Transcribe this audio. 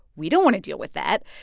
we don't want to deal with that.